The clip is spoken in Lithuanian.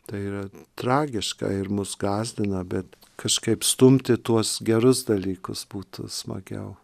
tai yra tragiška ir mus gąsdina bet kažkaip stumti tuos gerus dalykus būtų smagiau